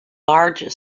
large